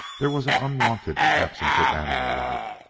there was an unwonted absence of animal life.